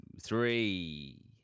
three